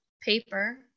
paper